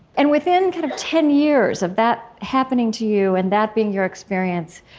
and within, kind of, ten years of that happening to you and that being your experience,